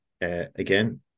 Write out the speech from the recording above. again